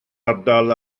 ardal